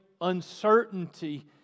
uncertainty